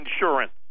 insurance